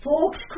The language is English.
Folks